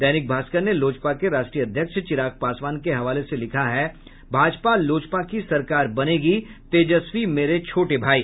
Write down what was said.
दैनिक भास्कर ने लोजपा के राष्ट्रीय अध्यक्ष चिराग पासवान के हवाले से लिखा है भाजपा लोजपा की सरकार बनेगी तेजस्वी मेरे छोटे भाई